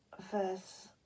verse